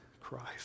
Christ